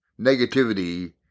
negativity